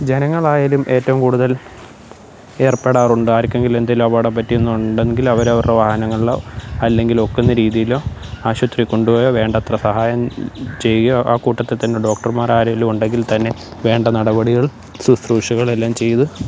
ജനങ്ങളായാലും ഏറ്റവും കൂടുതല് ഏര്പ്പെടാറുണ്ട് ആര്ക്കെങ്കിലും എന്തെങ്കിലും അപകടം പറ്റിയെന്നുണ്ടെങ്കില് അവര് അവരുടെ വാഹനങ്ങളിലോ അല്ലെങ്കില് ഒക്കുന്ന രീതിയിലോ ആശുപത്രിയിൽ കൊണ്ടു പോയാൽ വേണ്ടത്ര സഹായം ചെയ്യുകയോ അക്കൂട്ടത്തിൽ തന്നെ ഡോക്ടർമാർ ആരെങ്കിലും ഉണ്ടെങ്കില് തന്നെ വേണ്ട നടപടികള് ശുശ്രൂഷകള് എല്ലാം ചെയ്ത്